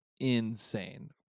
insane